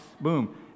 boom